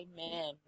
amen